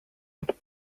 elle